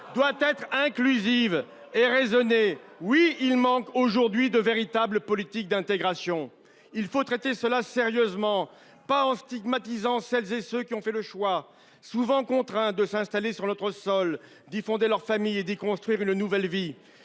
doit être inclusive et raisonnée. Oui, il manque aujourd’hui de véritables politiques d’intégration. Il faut traiter cette question sérieusement, et non en stigmatisant celles et ceux qui ont fait le choix, souvent contraint, de s’installer sur notre sol, d’y fonder leur famille et d’y construire une nouvelle vie.